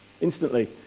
instantly